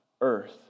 earth